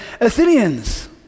Athenians